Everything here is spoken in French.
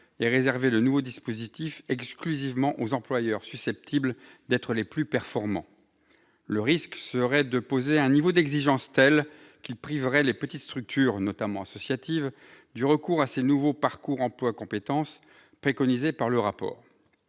et réserver le nouveau dispositif exclusivement aux employeurs susceptibles d'être les plus performants. Le risque serait de poser un niveau d'exigence tel qu'il priverait les petites structures, notamment associatives, du recours aux nouveaux « parcours emploi compétences » préconisés dans le rapport.